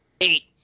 Eight